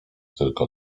tylko